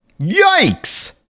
Yikes